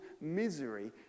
misery